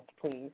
please